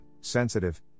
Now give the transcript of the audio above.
sensitive